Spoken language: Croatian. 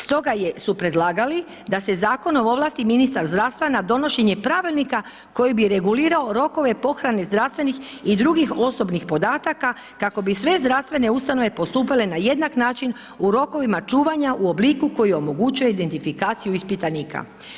Stoga su predlagali, da se zakonom ovlasti ministar zdravstva na donošenje pravilnika koji bi regulirao rokove pohrane zdravstvenih i drugih osobnih podataka kako bi sve zdravstvene ustanove postupale na jednak način u rokovima čuvanja u obliku koji omogućuje identifikaciju ispitanika.